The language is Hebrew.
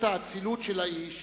את האצילות של האיש